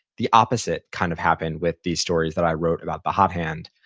the opposite kind of happened with these stories that i wrote about the hot hand.